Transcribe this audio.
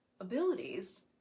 Abilities